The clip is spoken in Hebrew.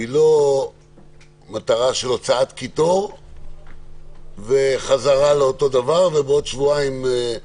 היא לא מטרה של הוצאות קיטור וחזרה לאותו דבר ובעוד שבועיים-שלושה